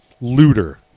looter